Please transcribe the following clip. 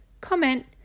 comment